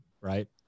right